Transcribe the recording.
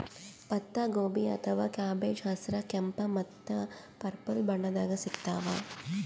ಪತ್ತಾಗೋಬಿ ಅಥವಾ ಕ್ಯಾಬೆಜ್ ಹಸ್ರ್, ಕೆಂಪ್ ಮತ್ತ್ ಪರ್ಪಲ್ ಬಣ್ಣದಾಗ್ ಸಿಗ್ತಾವ್